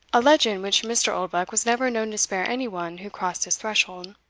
a legend which mr. oldbuck was never known to spare any one who crossed his threshold.